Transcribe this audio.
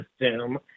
assume